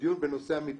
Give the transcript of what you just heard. לדיון בנושא המתקנים.